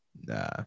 Nah